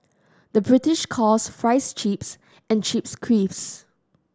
the British calls fries chips and chips crisps